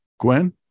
Gwen